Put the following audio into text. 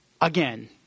Again